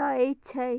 जाए छै